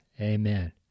Amen